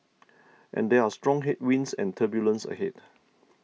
and there are strong headwinds and turbulence ahead